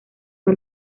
fue